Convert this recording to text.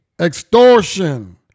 extortion